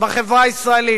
בחברה הישראלית.